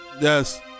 Yes